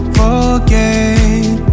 forget